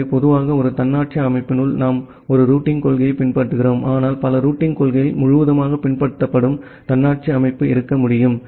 எனவே பொதுவாக ஒரு தன்னாட்சி அமைப்பினுள் நாம் ஒரு ரூட்டிங் கொள்கையைப் பின்பற்றுகிறோம் ஆனால் பல ரூட்டிங் கொள்கைகள் முழுவதுமாக பின்பற்றப்படும் தன்னாட்சி அமைப்பு இருக்க முடியும்